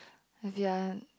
if you are